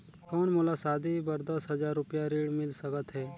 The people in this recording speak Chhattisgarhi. कौन मोला शादी बर दस हजार रुपिया ऋण मिल सकत है?